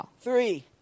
Three